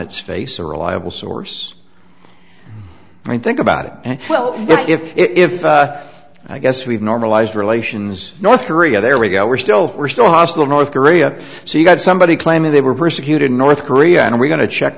its face a reliable source i think about it and if if i guess we've normalized relations north korea there we go we're still we're still hostile north korea so you got somebody claiming they were persecuted in north korea and we're going to check